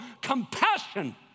compassion